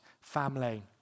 family